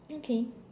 okay